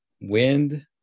wind